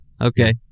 Okay